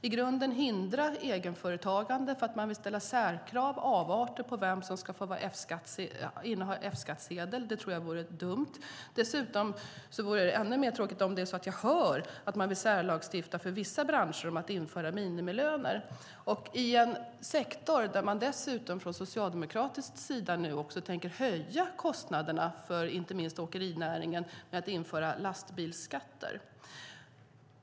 I grunden hindrar man egenföretagandet för att man vill ställa särkrav på vilka som ska få inneha F-skattsedel. Det tror jag vore dumt. Det vore ännu tråkigare om man vill särlagstifta för vissa branscher om att införa minimilöner och det i en sektor där man från socialdemokratisk sida tänker höja kostnaderna, inte minst för åkerinäringen genom att införa lastbilsskatter.